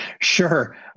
Sure